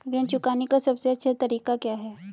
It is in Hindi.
ऋण चुकाने का सबसे अच्छा तरीका क्या है?